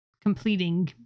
completing